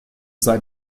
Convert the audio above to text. sei